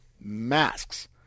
masks